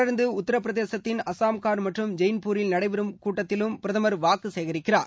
தொடர்ந்து உத்தரப்பிரதேசத்தின் அஸ்ஸாம்கார் மற்றும் ஜெயுன்பூரில் நடைபெறம் கூட்டத்தலும் பிரதமர் வாக்கு சேகரிக்கிறார்